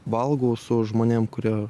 valgau su žmonėm kurie